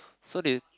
so they